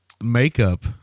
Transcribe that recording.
makeup